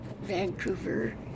Vancouver